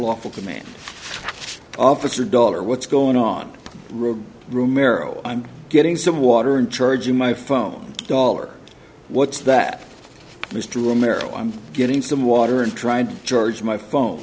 lawful commanding officer daughter what's going on rogue room air oh i'm getting some water and charging my phone dollar what's that mr romero i'm getting some water and trying to charge my phone